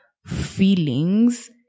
feelings